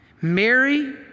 Mary